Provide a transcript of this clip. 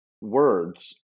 words